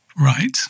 Right